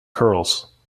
curls